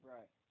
Right